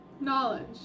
knowledge